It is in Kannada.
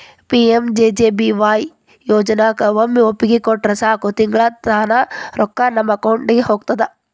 ಪಿ.ಮ್.ಜೆ.ಜೆ.ಬಿ.ವಾಯ್ ಯೋಜನಾಕ ಒಮ್ಮೆ ಒಪ್ಪಿಗೆ ಕೊಟ್ರ ಸಾಕು ತಿಂಗಳಾ ತಾನ ರೊಕ್ಕಾ ನಮ್ಮ ಅಕೌಂಟಿದ ಹೋಗ್ತದ